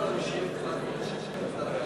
עומדות לרשותך עשר דקות.